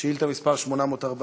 שאילתה מס' 840,